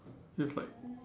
you have like